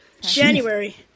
January